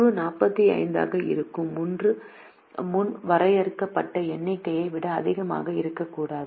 குழு 45 ஆக இருக்கும் முன் வரையறுக்கப்பட்ட எண்ணிக்கையை விட அதிகமாக இருக்கக்கூடாது